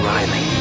Riley